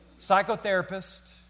Psychotherapist